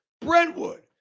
Brentwood